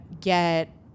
get